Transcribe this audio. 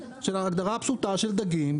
של דגים,